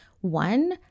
one